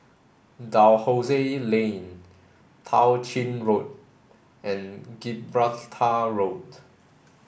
Dalhousie Lane Tao Ching Road and Gibraltar Road